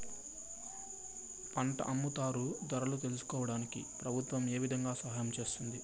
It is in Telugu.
పంట అమ్ముతారు ధరలు తెలుసుకోవడానికి ప్రభుత్వం ఏ విధంగా సహాయం చేస్తుంది?